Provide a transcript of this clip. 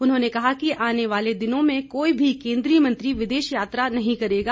उन्होंने कहा कि आने वाले दिनों में कोई भी केंद्रीय मंत्री विदेश यात्रा नहीं करेगा